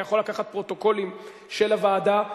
אתה יכול לקחת פרוטוקולים של הוועדה,